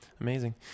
Amazing